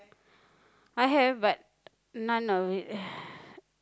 I have but none of it